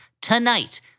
tonight